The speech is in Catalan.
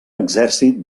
exèrcit